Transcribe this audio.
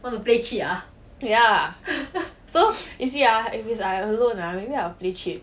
ya so you see ah if I alone ah maybe I will play cheat